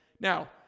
now